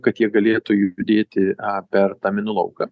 kad jie galėtų judėti per tą minų lauką